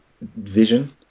vision